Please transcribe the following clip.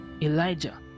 Elijah